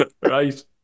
Right